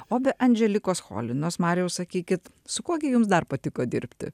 o be andželikos cholinos marijau sakykit su kuo gi jums dar patiko dirbti